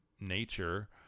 nature